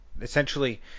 essentially